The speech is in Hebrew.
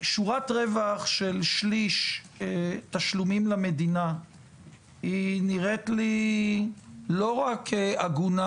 שורת רווח של שליש תשלומים למדינה היא נראית לי לא רק לא הגונה.